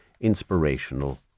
inspirational